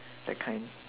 that kind